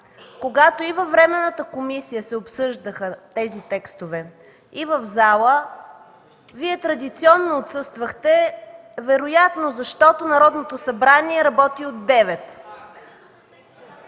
Когато и във временната комисия се обсъждаха тези текстове, и в залата, Вие традиционно отсъствахте вероятно защото Народното събрание работи от